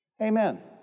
Amen